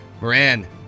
Moran